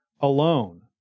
alone